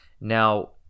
Now